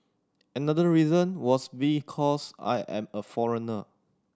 another reason was because I am a foreigner